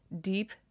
deep